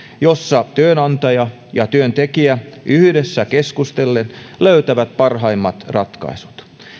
joissa työnantaja ja työntekijä yhdessä keskustellen löytävät parhaimmat ratkaisut